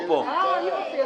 הבנקאות (שירות ללקוח) (תיקון דחיית